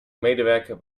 medewerker